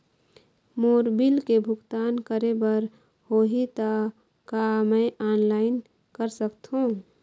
मोर bill के भुगतान करे बर होही ता का मैं ऑनलाइन कर सकथों?